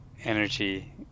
energy